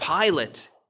Pilate